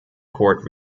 court